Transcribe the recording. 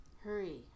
hurry